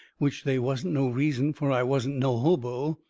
which they wasn't no reason, fur i wasn't no hobo.